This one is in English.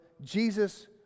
Jesus